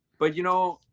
but, you know,